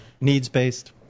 needs-based